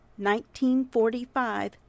1945